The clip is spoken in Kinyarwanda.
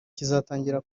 kizatangira